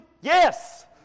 Yes